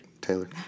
Taylor